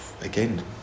again